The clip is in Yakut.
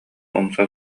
умса